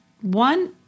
one